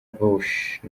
bush